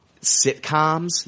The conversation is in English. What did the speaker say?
sitcoms